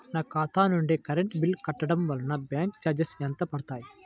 నా ఖాతా నుండి కరెంట్ బిల్ కట్టడం వలన బ్యాంకు చార్జెస్ ఎంత పడతాయా?